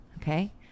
okay